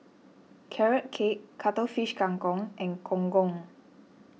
Carrot Cake Cuttlefish Kang Kong and Gong Gong